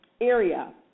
area